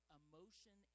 emotion